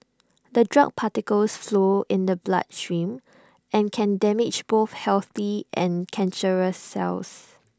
the drug particles flow in the bloodstream and can damage both healthy and cancerous cells